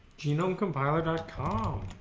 genomecompiler dot com